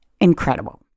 incredible